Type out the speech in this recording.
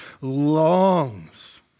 longs